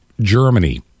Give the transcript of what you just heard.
Germany